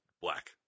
black